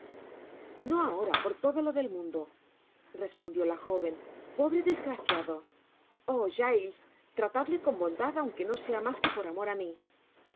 no ahora por todo lo de inundo respondió la joven pobre desgraciado oh giles tratadle con bondad aunque no sea mas que por amor á mi